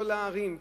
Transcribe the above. כל הערים,